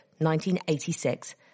1986